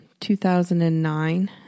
2009